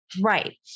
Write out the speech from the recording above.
right